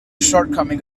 shortcoming